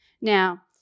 Now